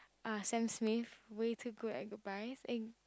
ah Sam-Smith Way Too Good at Goodbyes eh